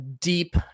deep